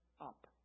up